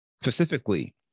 Specifically